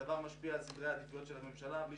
הדבר משפיע על סדרי העדיפויות של הממשלה בלי